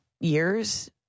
years